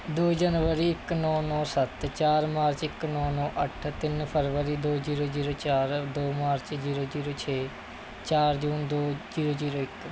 ਦੋ ਜਨਵਰੀ ਇੱਕ ਨੌਂ ਨੌਂ ਸੱਤ ਚਾਰ ਮਾਰਚ ਇੱਕ ਨੌਂ ਨੌਂ ਅੱਠ ਤਿੰਨ ਫਰਬਰੀ ਦੋ ਜੀਰੋ ਜੀਰੋ ਚਾਰ ਦੋ ਮਾਰਚ ਜੀਰੋ ਜੀਰੋ ਛੇ ਚਾਰ ਜੂਨ ਦੋ ਜੀਰੋ ਜੀਰੋ ਇੱਕ